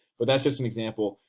but that's just an example.